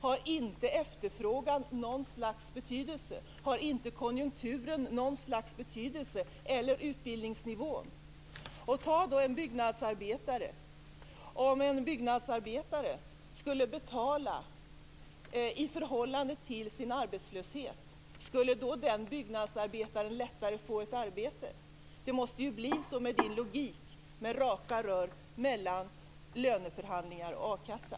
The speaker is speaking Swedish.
Har inte efterfrågan någon betydelse? Har inte konjunkturen någon betydelse, eller utbildningsnivån? Om en byggnadsarbetare skulle betala i förhållande till sin arbetslöshet, skulle den byggnadsarbetaren då lättare få ett arbete? Det måste ju bli så med Per Unckels logik med raka rör mellan löneförhandlingar och a-kassa.